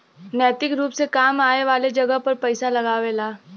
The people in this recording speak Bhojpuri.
नैतिक रुप से काम आए वाले जगह पर पइसा लगावला